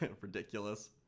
ridiculous